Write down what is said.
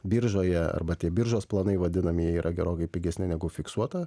biržoje arba tie biržos planai vadinamieji yra gerokai pigesni negu fiksuota